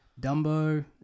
Dumbo